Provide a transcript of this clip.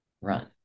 Run